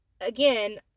again